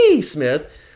Smith